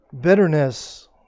Bitterness